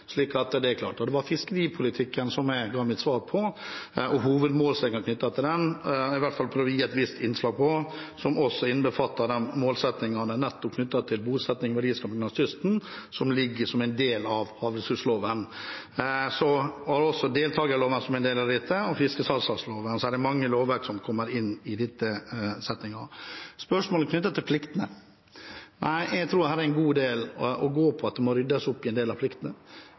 slik at det er klart. Det var hovedmålsettingen knyttet til fiskeripolitikken jeg svarte på, i hvert fall prøvde å gi et visst innspill på, som også innbefatter målsettingene knyttet nettopp til bosetting og verdiskaping langs kysten som ligger som en del av havressursloven. Vi har også deltakerloven, som en del av dette, og fiskesalgslagsloven. Det er mange lovverk som kommer inn i denne settingen. Spørsmålet knyttet til pliktene: Nei, jeg tror at her er det en god del å gå på, at det må ryddes opp i en del av pliktene.